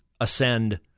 ascend